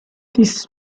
this